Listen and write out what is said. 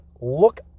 look